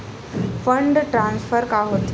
Fund transfer का होथे?